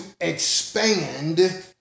expand